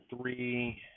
three